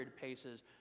paces